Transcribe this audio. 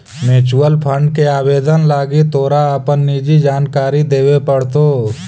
mutual fund के आवेदन लागी तोरा अपन निजी जानकारी देबे पड़तो